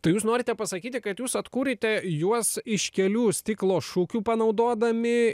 tai jūs norite pasakyti kad jūs atkūrėte juos iš kelių stiklo šukių panaudodami